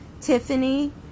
Tiffany